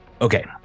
Okay